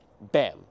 bam